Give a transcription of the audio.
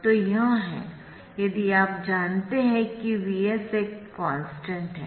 तो यह है यदि आप जानते है कि Vs एक कॉन्स्टन्ट है